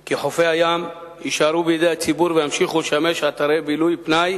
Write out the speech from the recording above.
כי חופי הים יישארו בידי הציבור וימשיכו לשמש אתרי בילוי ופנאי